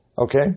Okay